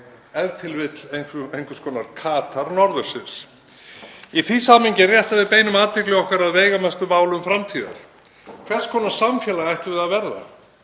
e.t.v. einhvers konar Katar norðursins. Í því samhengi er rétt að við beinum athygli okkar að veigamestu málum framtíðar. Hvers konar samfélag ættum við að verða?